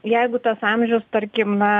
jeigu tas amžius tarkim na